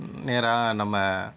நேராக நம்ம